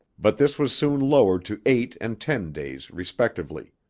but this was soon lowered to eight and ten days respectively.